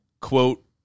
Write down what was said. Quote